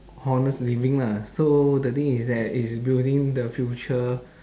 honest living lah so the thing is that is building the future